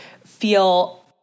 feel